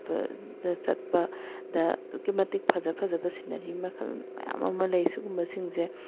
ꯕꯗ ꯆꯠꯄꯗ ꯑꯗꯨꯛꯀꯤ ꯃꯇꯤꯛ ꯐꯖ ꯐꯖꯕ ꯁꯤꯅꯔꯤ ꯃꯈꯜ ꯃꯌꯥꯝ ꯑꯃ ꯂꯩ ꯁꯤꯒꯨꯝꯕꯁꯤꯡꯁꯦ